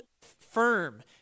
firm